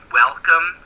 welcome